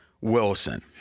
Wilson